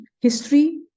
history